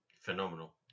phenomenal